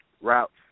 routes